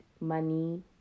money